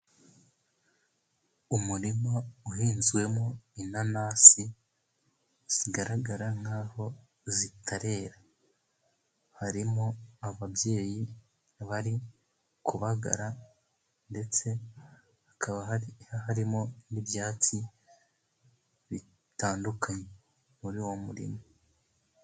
Umurima uhinzwemo inanasi ,zigaragara nk'a zitarera ,harimo ababyeyi barimo kubagara ,ndetse hakaba hari harimo n'ibyatsi bitandukanye muri uwo murima.